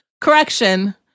correction